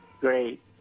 Great